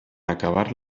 acabar